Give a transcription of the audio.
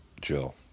Jill